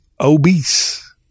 obese